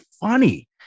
funny